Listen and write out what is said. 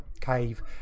cave